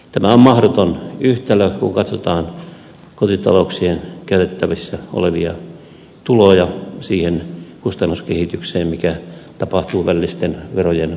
tämä on mahdoton yhtälö kun katsotaan kotitalouksien käytettävissä olevia tuloja suhteessa siihen kustannuskehitykseen mikä tapahtuu välillisten verojen noston takia